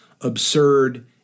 absurd